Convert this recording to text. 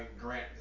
grant